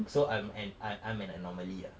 so I'm an I I'm an anomaly ah